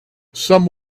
some